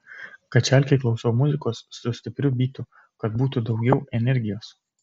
kačialkėj klausau muzikos su stipriu bytu kad būtų daugiau energijos